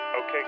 Okay